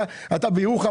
אתה בירוחם,